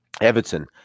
Everton